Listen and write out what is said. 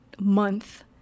month